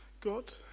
God